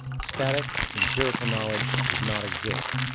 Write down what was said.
static empirical knowledge and does not exist,